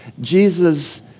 Jesus